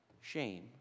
shame